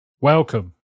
welcome